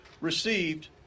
received